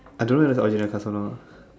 I don't know leh it's all you have personal